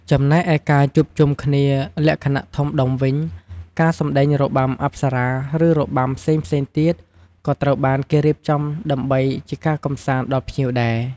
ចំណែកឯការជួបជុំគ្នាលក្ខណៈធំដុំវិញ ការសម្ដែងរបាំអប្សរា ឬ របាំផ្សេងៗទៀត ក៏ត្រូវបានគេរៀបចំដើម្បីជាការកំសាន្តដល់ភ្ញៀវដែរ។